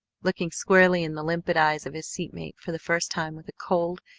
looking squarely in the limpid eyes of his seatmate for the first time, with a cold,